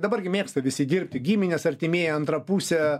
dabar gi mėgsta visi dirbti giminės artimieji antra pusė